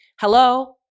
Hello